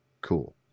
Cool